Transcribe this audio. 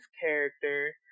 character